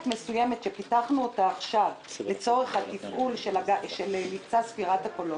מסוימת שפיתחנו אותה עכשיו לצורך התפעול של מבצע ספירת הקולות,